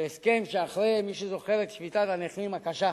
שהסכם שאחרי, מי שזוכר את שביתת הנכים הקשה,